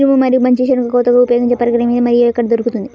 మినుము మరియు మంచి శెనగ కోతకు ఉపయోగించే పరికరం ఏది మరియు ఎక్కడ దొరుకుతుంది?